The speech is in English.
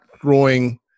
throwing